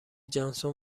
جانسون